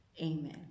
amen